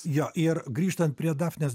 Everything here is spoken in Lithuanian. jo ir grįžtant prie dafnės